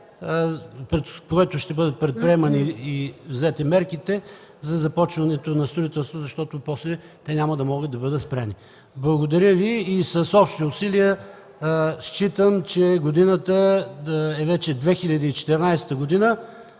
през което ще бъдат предприемани и взети мерките, за започване на строителство, защото после няма да могат да бъдат спрени. С общи усилия считам – годината е вече 2014,